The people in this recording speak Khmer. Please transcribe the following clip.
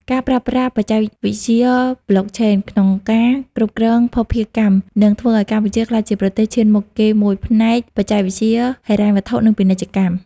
ការប្រើប្រាស់បច្ចេកវិទ្យា Blockchain ក្នុងការគ្រប់គ្រងភស្តុភារកម្ម នឹងធ្វើឱ្យកម្ពុជាក្លាយជាប្រទេសឈានមុខគេមួយផ្នែកបច្ចេកវិទ្យាហិរញ្ញវត្ថុ និងពាណិជ្ជកម្ម។